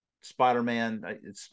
Spider-Man